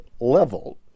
level